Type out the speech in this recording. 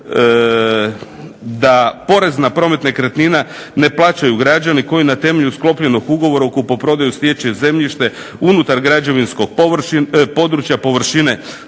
da porez na promet nekretnina ne plaćaju građani koji na temelju sklopljenog ugovora o kupoprodaji stječe zemljište unutar građevinskog područja površine